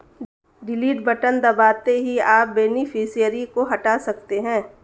delete button दबाते ही आप बेनिफिशियरी को हटा सकते है